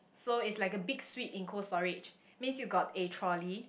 so it's like a Big Sweep in Cold-Storage means you got a trolley